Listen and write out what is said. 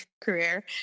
career